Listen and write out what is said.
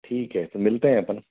ठीक है तो मिलते हैं अपन